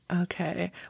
Okay